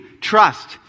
Trust